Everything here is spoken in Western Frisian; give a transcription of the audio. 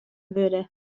wurde